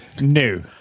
New